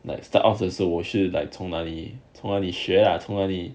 like start off so 我是 like 从哪里从哪里学呀